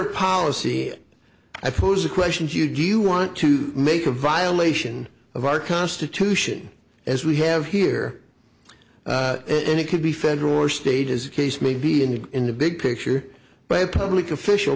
of policy i pose the question to you do you want to make a violation of our constitution as we have here and it could be federal or state as the case may be and in the big picture by a public official